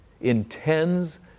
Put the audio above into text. intends